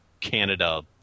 Canada